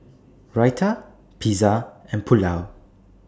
Raita Pizza and Pulao